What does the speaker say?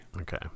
okay